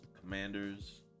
Commanders